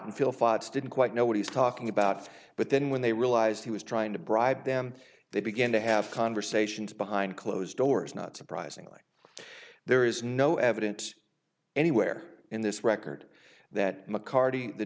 fields didn't quite know what he's talking about but then when they realized he was trying to bribe them they begin to have conversations behind closed doors not surprisingly there is no evidence anywhere in this record that